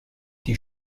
die